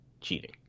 cheating